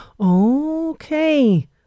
Okay